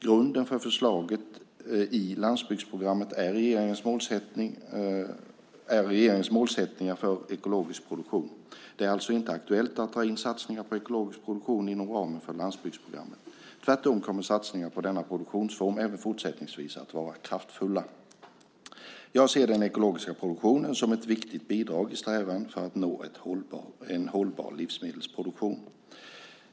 Grunden för förslaget i landsbygdsprogrammet är regeringens målsättningar för ekologisk produktion. Det är alltså inte aktuellt att dra in satsningen på ekologisk produktion inom ramen för landsbygdsprogrammet. Tvärtom kommer satsningar på denna produktionsform även fortsättningsvis att vara kraftfulla. Jag ser den ekologiska produktionen som ett viktigt bidrag i strävan att nå en hållbar livsmedelsproduktion.